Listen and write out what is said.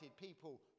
people